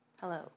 Hello